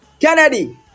kennedy